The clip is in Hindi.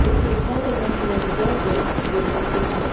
पिछले छह महीनों की मेरी गैस बिल रीडिंग दिखाएँ